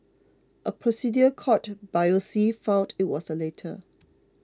a procedure called biopsy found it was the latter